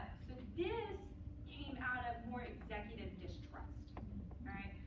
so this came out of more executive distrust. all right?